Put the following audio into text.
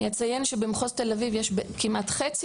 אציין שבמחוז תל-אביב יש כמעט חצי